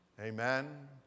Amen